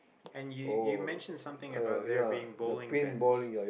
and you you mention something about there being bullying pens